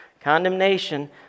condemnation